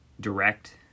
direct